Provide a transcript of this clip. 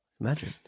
Imagine